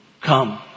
come